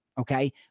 Okay